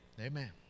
Amen